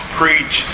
preach